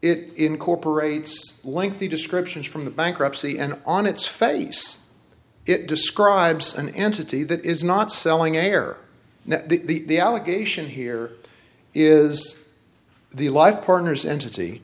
it incorporates lengthy descriptions from the bankruptcy and on its face it describes an entity that is not selling air now the allegation here is the life partners entity